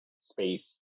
space